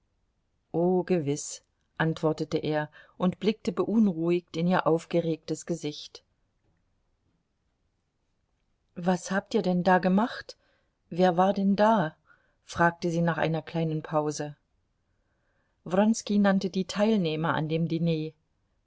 o gewiß antwortete er und blickte beunruhigt in ihr aufgeregtes gesicht was habt ihr denn da gemacht wer war denn da fragte sie nach einer kleinen pause wronski nannte die teilnehmer an dem diner